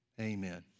amen